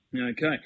Okay